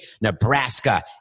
Nebraska